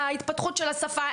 להתפתחות של השפה,